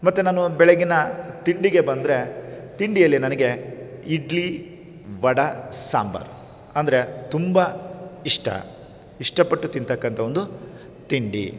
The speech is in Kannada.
ಮತ್ತು ನಾನು ಬೆಳಗಿನ ತಿಂಡಿಗೆ ಬಂದರೆ ತಿಂಡಿಯಲ್ಲಿ ನನಗೆ ಇಡ್ಲಿ ವಡೆ ಸಾಂಬಾರು ಅಂದರೆ ತುಂಬ ಇಷ್ಟ ಇಷ್ಟಪಟ್ಟು ತಿಂತಕ್ಕಂಥ ಒಂದು ತಿಂಡಿ